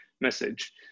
message